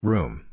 Room